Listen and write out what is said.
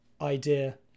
idea